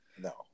No